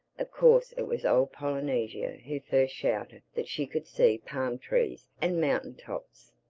of course it was old polynesia who first shouted that she could see palm-trees and mountain tops.